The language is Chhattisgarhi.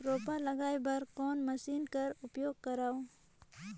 रोपा लगाय बर कोन मशीन कर उपयोग करव?